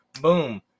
boom